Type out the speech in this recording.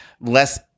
less